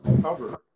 cover